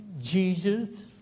Jesus